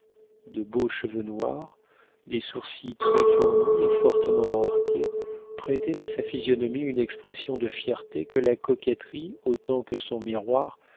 de beaux cheveux noirs des sourcils très fournis et fortement arqués prêtaient à sa physionomie une expression de fierté que la coquetterie autant que son miroir